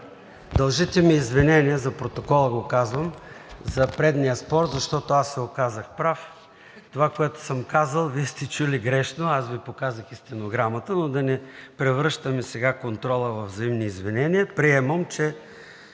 Дължите ми извинение, за протокола го казвам, за предния спор, защото аз се оказах прав. Това, което съм казал, Вие сте го чули грешно, а аз Ви показах и стенограмата, но да не превръщаме сега контрола във взаимни извинения. Приемам, че